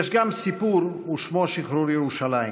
יש גם סיפור ושמו שחרור ירושלים.